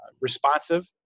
Responsive